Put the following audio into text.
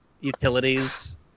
utilities